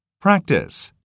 Practice